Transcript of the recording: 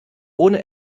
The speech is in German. ohne